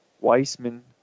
Weissman